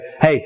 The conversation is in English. Hey